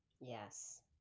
yes